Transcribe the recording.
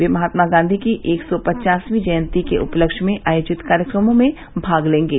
वे महात्मा गांधी की एक सौ पचासवीं जयंती के उपलक्ष्य में आयोजित कार्यक्रमों में भाग लेंगे